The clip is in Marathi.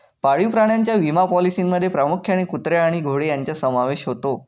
पाळीव प्राण्यांच्या विमा पॉलिसींमध्ये प्रामुख्याने कुत्रे आणि घोडे यांचा समावेश होतो